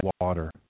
water